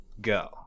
Go